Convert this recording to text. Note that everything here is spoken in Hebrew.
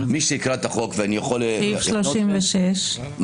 זה פשוט לא נכון.